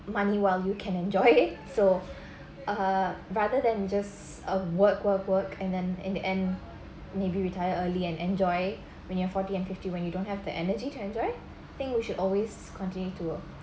money while you can enjoy so uh rather than just a work work work and then in the end maybe retire early and enjoy when you're forty and fifty when you don't have the energy to enjoy thing we should always continue to